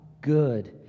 good